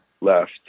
left